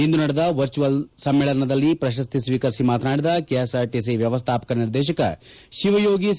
ಇಂದು ನಡೆದ ವರ್ಚುವಲ್ ಸಮ್ಮೇಳನದಲ್ಲಿ ಪ್ರಶಸ್ತಿ ಸ್ವೀಕರಿಸಿ ಮಾತನಾಡಿದ ಕೆಎಸ್ ಆರ್ ಟಿಸಿ ವ್ಯವಸ್ಥಾಪಕ ನಿರ್ದೇಶಕ ಶಿವಯೋಗಿ ಸಿ